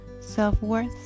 self-worth